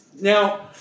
Now